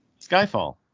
Skyfall